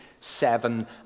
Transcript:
seven